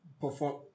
perform